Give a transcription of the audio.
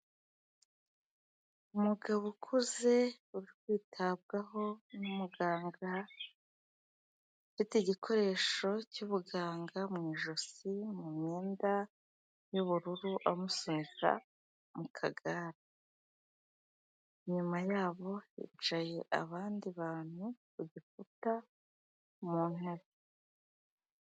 Umugabo ukuze uri kwitabwaho n'umuganga, ufite igikoresho cy'ubuganga mu ijosi mu myenda y'ubururu amusunika mu kagare, inyuma yabo hicaye abandi bantu ku bikuta mu ntebe.